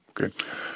Okay